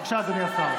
בבקשה, אדוני השר.